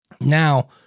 now